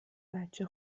بچه